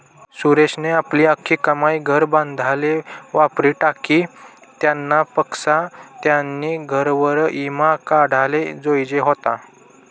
सुरेशनी आपली आख्खी कमाई घर बांधाले वापरी टाकी, त्यानापक्सा त्यानी घरवर ईमा काढाले जोयजे व्हता